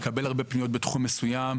כשהוא מקבל הרבה פניות בתחום מסוים.